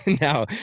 now